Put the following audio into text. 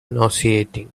nauseating